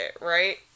right